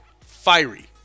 Fiery